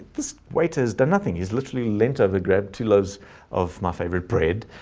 wait is there nothing is literally lent over grab two loaves of my favorite bread.